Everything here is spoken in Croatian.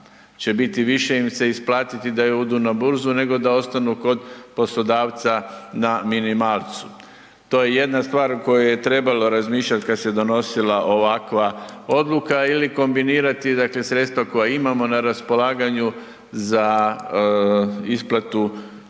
će biti više će im se isplatiti da odu na burzu nego da ostanu kod poslodavca na minimalcu. To je jedna stvar koju je trebalo razmišljati kada se donosila ovakva odluka ili kombinirati dakle sredstva koja imamo na raspolaganju za isplatu